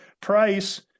Price